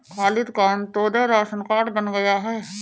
खालिद का Antyodaya ration card बन गया है